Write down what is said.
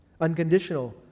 Unconditional